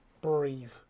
breathe